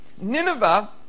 Nineveh